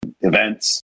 events